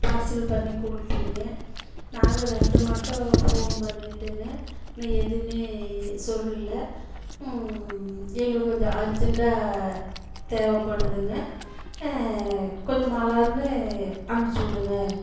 parcel பண்ணி கொடுப்பீங்க நாங்களும் ரெண்டு மட்டும் ஃபோன் பண்ணிட்டாங்க இன்னும் எதுவுமே சொல்லல எங்களுக்கு கொஞ்சம் அர்ஜென்ட்டாக தேவைப்படுதுங்க கொஞ்ச மலார்னு அனுப்பிச்சுடுங்க